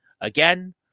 again